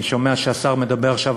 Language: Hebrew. אני שומע שהשר מדבר עכשיו,